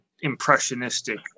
impressionistic